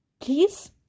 please